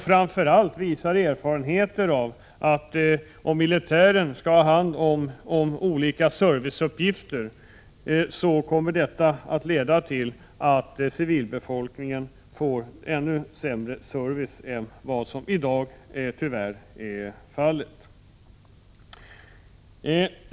Framför allt visar erfarenheter att om militären skall ha hand om olika serviceuppgifter, kommer detta att leda till att civilbefolkningen får ännu sämre service än vad som i dag är fallet.